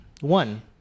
One